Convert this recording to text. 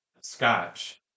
scotch